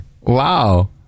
Wow